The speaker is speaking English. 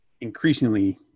increasingly